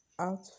out